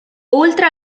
oltre